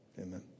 Amen